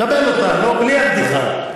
קבל אותה, בלי הבדיחה.